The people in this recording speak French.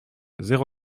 zéro